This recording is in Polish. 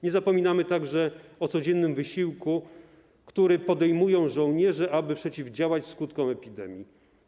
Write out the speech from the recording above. Nie zapominamy także o codziennym wysiłku, który podejmują żołnierze, aby przeciwdziałać skutkom epidemii.